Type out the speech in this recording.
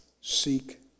Seek